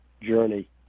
journey